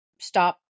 stop